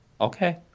okay